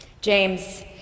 James